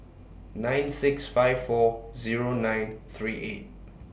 nine six five four Zero nine three eight